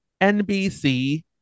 NBC